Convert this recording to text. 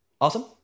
awesome